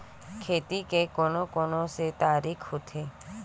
खेती के कोन कोन से तरीका होथे?